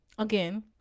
Again